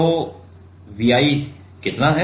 तो V i कितना है